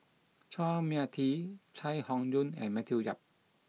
Chua Mia Tee Chai Hon Yoong and Matthew Yap